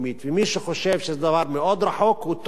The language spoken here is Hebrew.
ומי שחושב שזה דבר מאוד רחוק, הוא טועה.